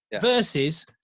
versus